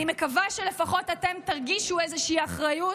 אני מקווה שלפחות אתם תרגישו איזושהי אחריות.